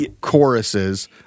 choruses